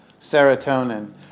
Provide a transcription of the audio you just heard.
serotonin